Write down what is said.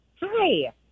Hi